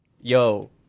yo